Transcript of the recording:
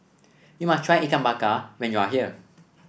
you must try Ikan Bakar when you are here